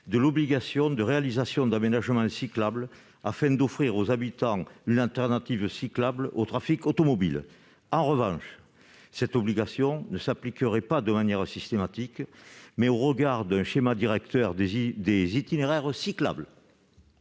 l'obligation de réaliser des aménagements cyclables afin d'offrir aux habitants une alternative au trafic automobile. En revanche, cette obligation ne s'appliquerait pas de manière systématique, elle dépendrait du schéma directeur des itinéraires cyclables.